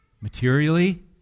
Materially